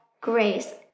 grace